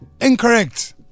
incorrect